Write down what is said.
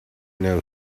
know